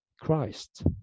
Christ